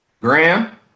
Graham